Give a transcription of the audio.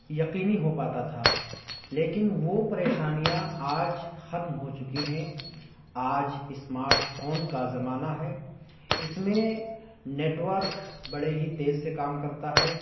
یقینی ہو پاتا تھا لیکن وہ پریشانیاں آج ختم ہو چکی ہیں آج اسماٹ فون کا زمانہ ہے اس میں نیٹورک بڑے ہی تیز سے کام کرتا ہے